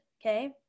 Okay